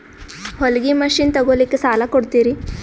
ಹೊಲಗಿ ಮಷಿನ್ ತೊಗೊಲಿಕ್ಕ ಸಾಲಾ ಕೊಡ್ತಿರಿ?